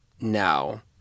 now